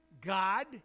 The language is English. God